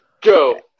Go